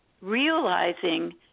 realizing